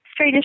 straightish